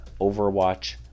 overwatch